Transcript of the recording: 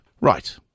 Right